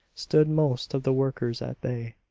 stood most of the workers at bay.